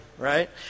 right